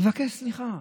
לבקש סליחה.